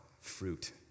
fruit